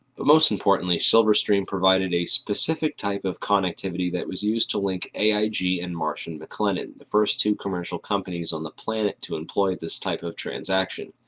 but most importantly, silverstream provided a specific type of connectivity that was used to link aig and marsh and mclennan the first two commercial companies on the planet to employ this type of transaction.